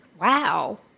wow